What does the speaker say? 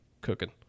cooking